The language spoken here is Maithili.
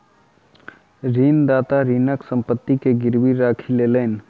ऋणदाता ऋणीक संपत्ति के गीरवी राखी लेलैन